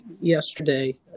yesterday